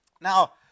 Now